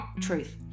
truth